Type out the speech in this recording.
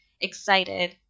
excited